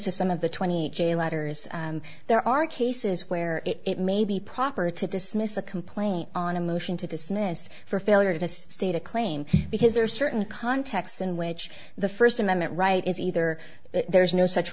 to some of the twenty eight day letters there are cases where it may be proper to dismiss a complaint on a motion to dismiss for failure to state a claim because there are certain contexts in which the first amendment right is either there's no such